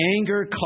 Anger